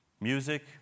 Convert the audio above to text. Music